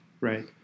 Right